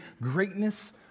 greatness